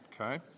Okay